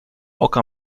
oka